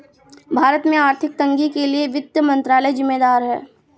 भारत में आर्थिक तंगी के लिए वित्त मंत्रालय ज़िम्मेदार है